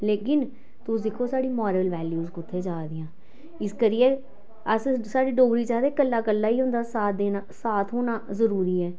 लेकिन तुस दिक्खो साढ़ी मोरल वैल्यूज़ कु'त्थें जा दियां इस करियै अस साढ़ी डोगरी च आखदे क'ल्ला क'ल्ला ई होंदा साथ देना साथ होना जरूरी ऐ